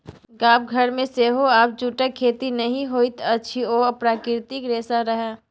गाम घरमे सेहो आब जूटक खेती नहि होइत अछि ओ प्राकृतिक रेशा रहय